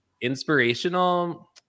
inspirational